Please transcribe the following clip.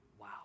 Wow